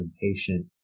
impatient